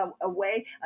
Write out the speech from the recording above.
away